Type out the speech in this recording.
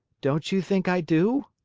don't you think i do?